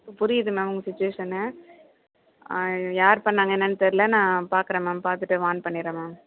பு புரியுது மேம் உங்கள் சுச்சுவேஷன்னு யார் பண்ணாங்க என்னான்னு தெரில நான் பார்க்கறேன் மேம் பார்த்துட்டு வார்ன் பண்ணிறேன் மேம்